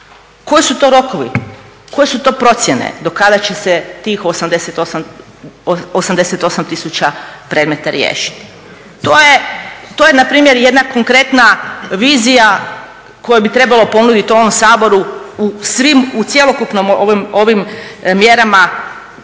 Koji su to rokovi? Koje su to procjene do kada će se tih 88 tisuća predmeta riješiti? To je na primjer jedna konkretna vizija koju bi trebalo ponuditi ovom Saboru u cjelokupnim ovim mjerama